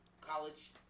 college